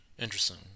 Interesting